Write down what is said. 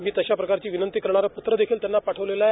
मी तश्या प्रकारचे विनंती करणारे पत्र देखील त्यांना पाठवलेल आहे